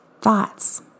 Thoughts